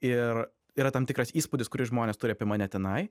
ir yra tam tikras įspūdis kurį žmonės turi apie mane tenai